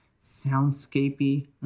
soundscapey